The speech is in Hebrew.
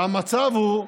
והמצב הוא: